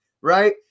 right